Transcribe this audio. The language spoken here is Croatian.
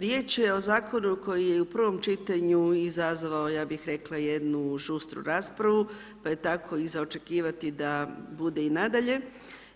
Riječ je o zakonu koji je u prvom čitanju izazvao, ja bih rekla, jednu žustru raspravu pa je tako i za očekivati da bude i nadalje